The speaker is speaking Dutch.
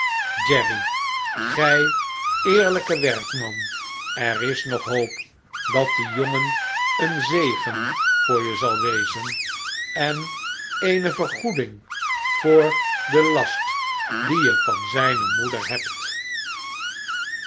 jerry gij eerlpe werkman er is nog hoop dat die jongen een zegen voor je zal wezen en eene vergoeding voor den last dien je van zgne moeder hebt